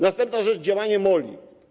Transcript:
Następna rzecz: działanie MOL-i.